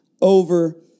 over